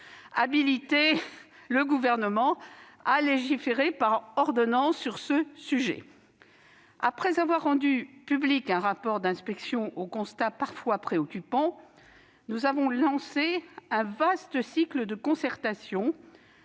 habilité le Gouvernement à légiférer par ordonnance sur ce sujet. Après avoir rendu public un rapport d'inspection aux constats parfois préoccupants, nous avons lancé un vaste cycle de concertations,